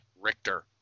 Richter